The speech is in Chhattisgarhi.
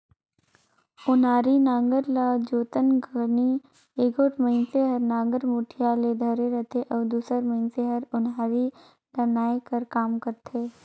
ओनारी नांगर ल जोतत घनी एगोट मइनसे हर नागर मुठिया ल धरे रहथे अउ दूसर मइनसे हर ओन्हारी ल नाए कर काम करथे